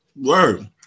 Word